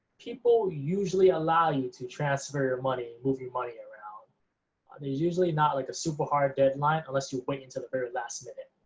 people usually allow you to transfer your money, move your money around. there's usually not like a super hard deadline unless you wait until the very last minute.